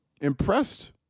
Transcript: Impressed